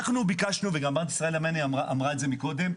אנחנו ביקשנו וגם הגב' ישראלה מני אמרה את זה מקודם,